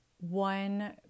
One